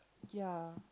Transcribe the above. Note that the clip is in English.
ya